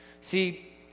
See